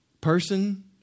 person